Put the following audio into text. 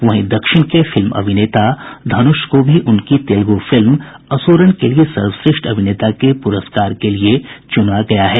वहीं दक्षिण के फिल्म अभिनेता धनुष को भी उनकी तेलुगू फिल्म असुरन के लिए सर्वश्रेष्ठ अभिनेता के पुरस्कार के लिए चुना गया है